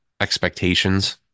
expectations